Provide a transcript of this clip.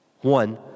One